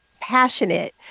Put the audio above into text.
passionate